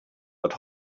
but